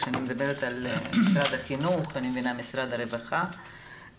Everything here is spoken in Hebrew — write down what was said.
אני מדברת על משרד החינוך ומשרד הרווחה.